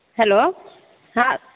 hello हॅं